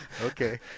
Okay